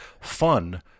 fun